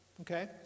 Okay